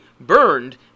burned